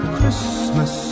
Christmas